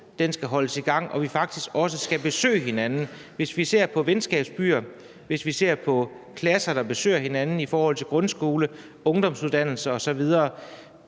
skal holdes i gang, og at vi faktisk også skal besøge hinanden. Og hvis vi ser på venskabsbyer, hvis vi ser på klasser, der besøger hinanden i forhold til grundskole, ungdomsuddannelser osv.,